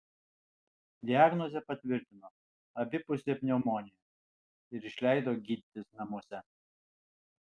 diagnozę patvirtino abipusė pneumonija ir išleido gydytis namuose